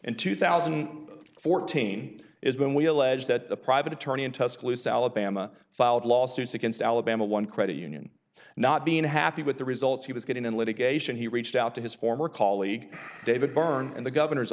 in two thousand and fourteen is when we allege that a private attorney in tuscaloosa alabama filed lawsuits against alabama one credit union not being happy with the results he was getting in litigation he reached out to his former colleague david byrne and the governor's